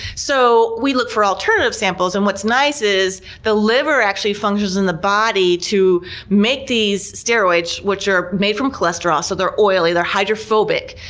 so we look for alternative samples. and what's nice is the liver actually functions in the body to make these steroids, which are made from cholesterol so they're oily, they're hydrophobic.